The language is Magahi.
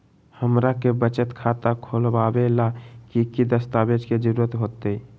हमरा के बचत खाता खोलबाबे ला की की दस्तावेज के जरूरत होतई?